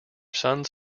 sons